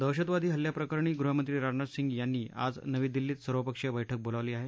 दहशतवादी हल्ल्याप्रकरणी गृहमंत्री राजनाथ सिंह यांनी आज नवी दिल्लीत सर्वपक्षीय बैठक बोलावली आहे